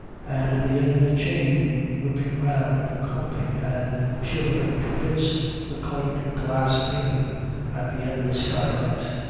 and the end of the chain whipping round the coaming and shivering to bits the coloured glass-pane at the end of the skylight.